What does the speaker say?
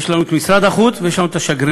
יש לנו את משרד החוץ ויש לנו את השגרירים,